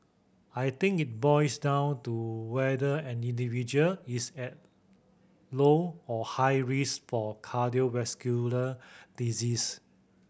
I think it boils down to whether an individual is at low or high risk for cardiovascular disease